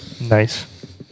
Nice